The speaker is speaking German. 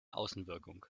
außenwirkung